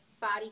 body